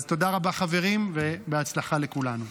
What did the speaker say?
אז תודה רבה, חברים, ובהצלחה לכולנו.